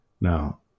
Now